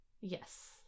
yes